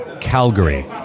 Calgary